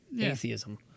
atheism